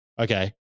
Okay